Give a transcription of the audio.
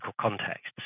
contexts